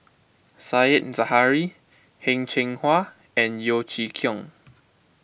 Said Zahari Heng Cheng Hwa and Yeo Chee Kiong